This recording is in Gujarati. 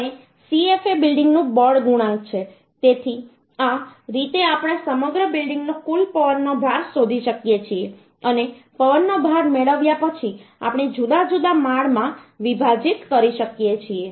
અને Cf એ બિલ્ડિંગનું બળ ગુણાંક છે તેથી આ રીતે આપણે સમગ્ર બિલ્ડિંગનો કુલ પવનનો ભાર શોધી શકીએ છીએ અને પવનનો ભાર મેળવ્યા પછી આપણે જુદા જુદા માળમાં વિભાજિત કરી શકીએ છીએ